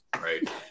right